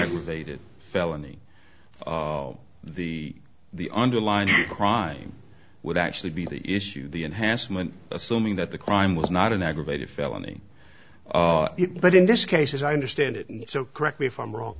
aggravated felony the the underlying crime would actually be the issue the enhancement assuming that the crime was not an aggravated felony but in this case as i understand it so correct me if i'm wrong